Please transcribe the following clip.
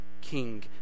king